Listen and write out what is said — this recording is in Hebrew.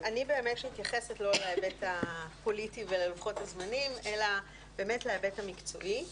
אז אני מתייחסת לא להיבט הפוליטי וללוחות הזמנים אלא להיבט המקצועי,